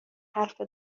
حرف